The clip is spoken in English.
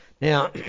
Now